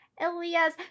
elias